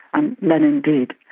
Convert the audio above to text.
and lenin did.